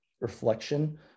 reflection